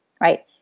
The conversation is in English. right